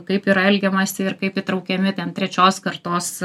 kaip yra elgiamasi ir kaip įtraukiami ten trečios kartos